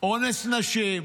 אונס נשים,